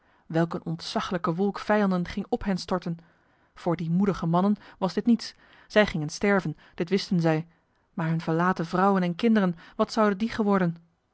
welk een ontzaglijke wolk vijanden ging op hen storten voor die moedige mannen was dit niets zij gingen sterven dit wisten zij maar hun verlaten vrouwen en kinderen wat zouden die geworden